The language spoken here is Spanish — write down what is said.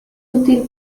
útil